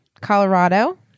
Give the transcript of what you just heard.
Colorado